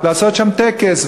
לעשות שם טקס,